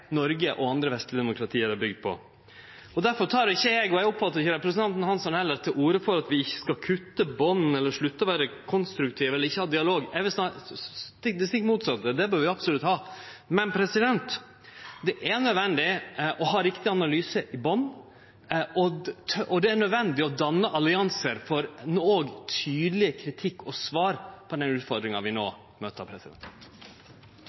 Noreg og andre vestlege demokrati er bygde på. Difor tek ikkje eg – og eg oppfattar at representanten Hansson heller ikkje gjer det – til orde for at vi skal kutte band, slutte å vere konstruktive eller ikkje ha dialog. Eg vil seie det stikk motsette – det bør vi absolutt ha. Men det er nødvendig å ha ein riktig analyse i botnen, og det er nødvendig å danne alliansar og kome med tydeleg kritikk og svar på den utfordringa vi